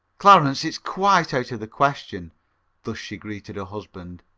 clarence, it's quite out of the question thus she greeted her husband.